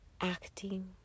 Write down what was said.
acting